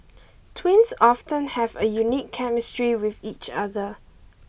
twins often have a unique chemistry with each other